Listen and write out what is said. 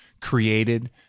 created –